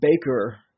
Baker